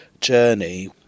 journey